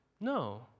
No